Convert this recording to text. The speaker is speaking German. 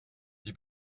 die